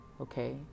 okay